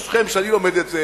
מבית-מדרשכם, כשאני לומד את זה,